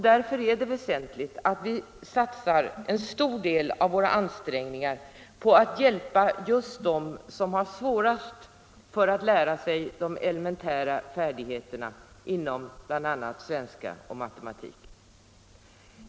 Därför är det väsentligt att vi satsar en stor del av våra ansträngningar på att hjälpa just dem som har svårast att skaffa sig de elementära färdigheterna inom bl.a. svenska och matematik.